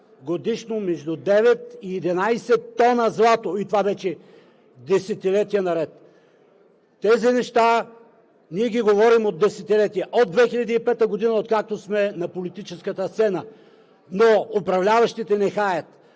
годишно между 9 и 11 тона злато, и това вече десетилетия наред. Тези неща ние ги говорим от десетилетия – от 2005 г., откакто сме на политическата сцена, но управляващите нехаят.